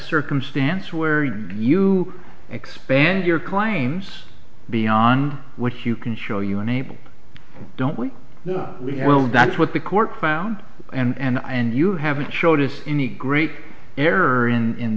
circumstance where you expand your claims beyond what you can show you unable don't we know that's what the court found and i and you haven't showed us any great error